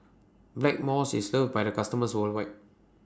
Blackmores IS loved By its customers worldwide